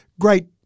great